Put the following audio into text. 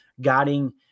guiding